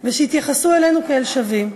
ושיתייחסו אלינו כאל שווים.